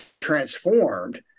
transformed